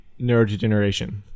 neurodegeneration